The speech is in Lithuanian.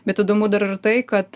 bet įdomu dar ir tai kad